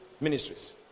ministries